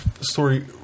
story